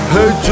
Hey